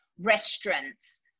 restaurants